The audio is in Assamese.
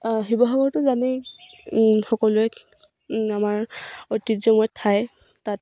শিৱসাগৰটো জানেই সকলোৱে আমাৰ ঐতিহ্যময় ঠাই তাত